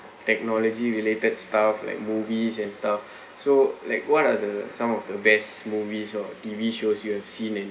technology related stuff like movies and stuff so like what are the some of the best movies or T_V shows you have seen it and